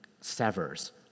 severs